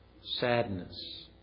sadness